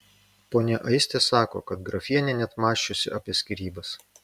ponia aistė sako kad grafienė net mąsčiusi apie skyrybas